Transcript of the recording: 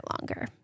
longer